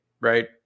right